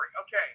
Okay